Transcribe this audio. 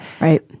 Right